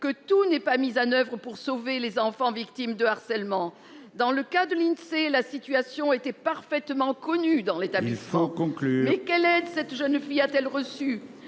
que tout n'est pas mis en oeuvre pour sauver les enfants victimes de harcèlement. Dans le cas de l'Insee, la situation était parfaitement connu dans l'établissement, conclut lesquels aide cette jeune fille a-t-elle reçu.